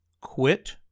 quit